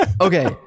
Okay